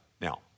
Now